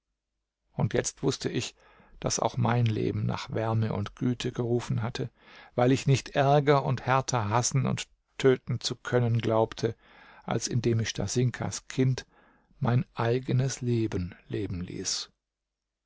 und jetzt wußte ich daß auch mein leben nach wärme und güte gerufen hatte weil ich nicht ärger und härter hassen und töten zu können glaubte als indem ich stasinkas kind mein eigenes leben leben ließ